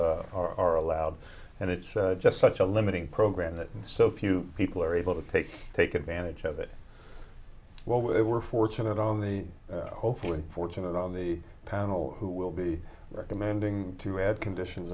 spasms are allowed and it's just such a limiting program that so few people are able to take take advantage of it well we're fortunate on the hopefully fortunate on the panel who will be recommending to add conditions